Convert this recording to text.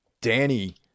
Danny